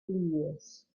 plîs